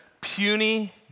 puny